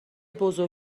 بزرگ